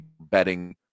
betting